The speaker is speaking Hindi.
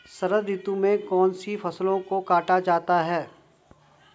शरद ऋतु में कौन सी फसलों को काटा जाता है?